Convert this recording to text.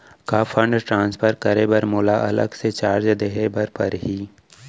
का fund transfer करे बर मोला अलग से चार्ज देहे बर परही?